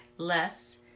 Less